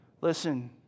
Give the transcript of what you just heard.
listen